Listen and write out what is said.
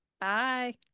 Bye